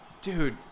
Dude